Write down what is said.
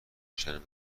کشتن